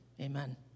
amen